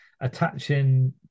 attaching